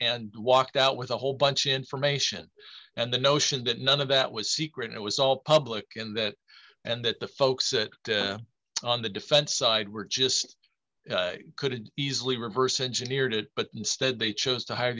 and walked out with a whole bunch information and the notion that none of that was secret it was all public and that and that the folks that on the defense side were just could easily reverse engineer it but instead they chose to hire